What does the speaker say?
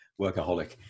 workaholic